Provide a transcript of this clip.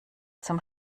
zum